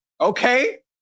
Okay